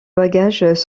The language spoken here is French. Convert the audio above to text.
bagages